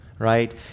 Right